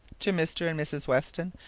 to mr and mrs weston,